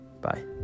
bye